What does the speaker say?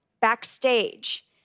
backstage